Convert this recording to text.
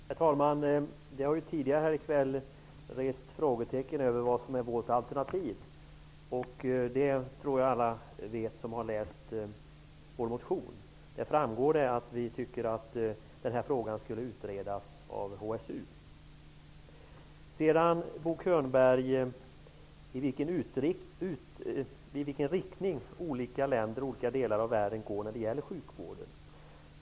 Herr talman! Det har tidigare här i kväll rests frågetecken om vad som är vårt alternativ. Vilket alternativ vi vill ha tror jag alla vet som har läst vår motion. Där framgår att vi tycker att frågan skall utredas av HSU. Bo Könberg talade om i vilken riktning olika länder i olika delar av världen går när det gäller sjukvården.